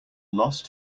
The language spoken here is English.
lost